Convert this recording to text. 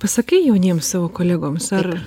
pasakai jauniems savo kolegoms ar